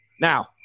Now